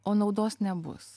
o naudos nebus